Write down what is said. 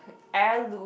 heirloom